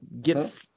get